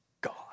God